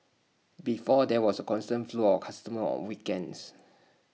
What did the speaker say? before there was A constant flow of customers on weekends